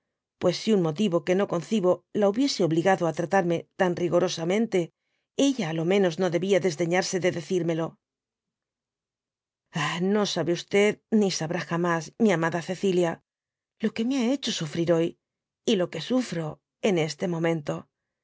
pues si un motiyo que no concibo la hubiese obligado á tratarme tan rigorosamente ella á lo menos no debia desdeñarse de decírmelo i ah no sabe ni sabrá jamas mi amada cecilia lo que me ha hecho sufnr hoy y lo que sufro en este momento